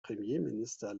premierminister